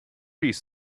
piece